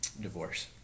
Divorce